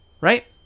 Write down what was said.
right